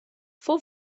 fou